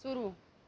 शुरू